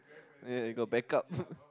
ya you got back up